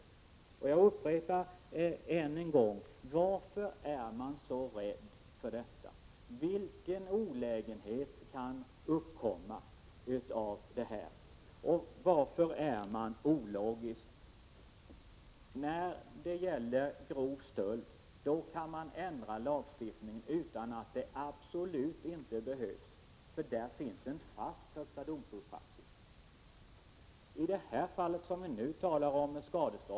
Jag upprepar ännu en gång min fråga: Varför är man så rädd för att gå in och göra en ändring? Vilken olägenhet kan uppkomma om man gör en ändring? Varför är man ologisk? När det gäller grov stöld går det att ändra lagstiftningen även om det inte är absolut nödvändigt, för i det fallet gäller högsta domstolens fasta praxis. I fråga om skadestånd av det slag som vi nu talar om saknas praxis.